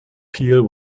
peel